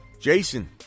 Jason